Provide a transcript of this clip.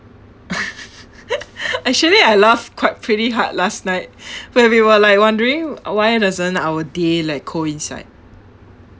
actually I laughed quite pretty hard last night when we were like wondering why doesn't our day like coincide